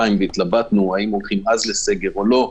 והתלבטנו האם הולכים לסגר או לא,